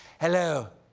hello,